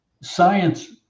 science